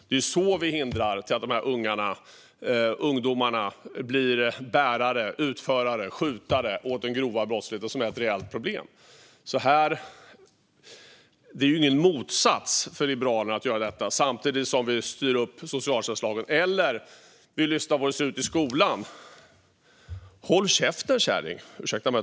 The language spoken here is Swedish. Det är så vi hindrar att dessa ungdomar blir bärare, utförare och skjutare åt den grova brottsligheten som är ett reellt problem. Liberalerna ser ingen motsättning i att göra detta samtidigt som vi styr upp socialtjänstlagen eller lyssnar på hur det ser ut i skolan.